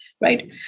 right